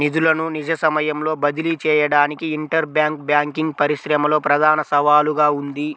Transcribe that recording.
నిధులను నిజ సమయంలో బదిలీ చేయడానికి ఇంటర్ బ్యాంక్ బ్యాంకింగ్ పరిశ్రమలో ప్రధాన సవాలుగా ఉంది